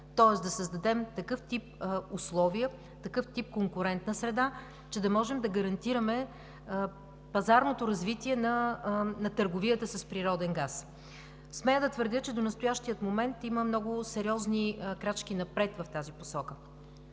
тоест да създадем такъв тип условия, такъв тип конкурентна среда, че да можем да гарантираме пазарното развитие на търговията с природен газ. Смея да твърдя, че до настоящия момент има много сериозни крачки напред в тази посока.